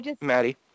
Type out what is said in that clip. Maddie